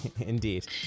Indeed